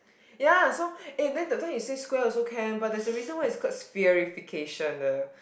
ya so eh then that time you say square also can but there's a reason why it's called spherification ah